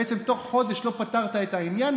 בעצם אם בתוך חודש לא פתרת את העניין,